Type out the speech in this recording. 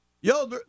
yo